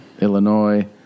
Illinois